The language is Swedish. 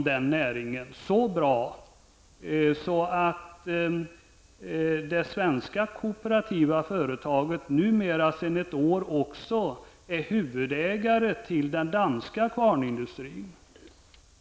Den är så bra att det svenska kooperativa företaget numera, sedan ett år tillbaka, också är huvudägare till den danska kvarnindustrin.